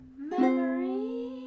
memory